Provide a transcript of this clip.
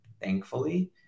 thankfully